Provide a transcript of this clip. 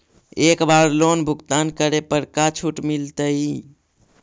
एक बार लोन भुगतान करे पर का छुट मिल तइ?